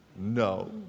no